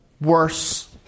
worse